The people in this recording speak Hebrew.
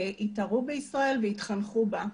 התאהבו בישראל והתחנכו בה.